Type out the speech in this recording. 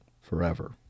forever